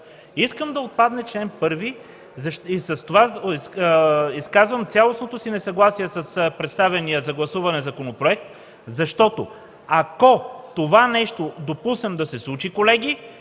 Искам да отпадне чл. 1 и с това изказвам цялостното си несъгласие с представения за гласуване законопроект, защото ако допуснем това нещо да се случи, колеги,